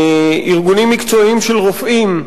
ארגונים מקצועיים של רופאים,